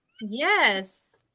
yes